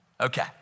Okay